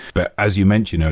but as you mentioned,